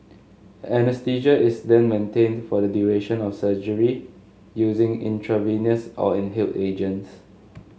anaesthesia is then maintained for the duration of surgery using intravenous or inhaled agents